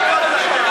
בכלל.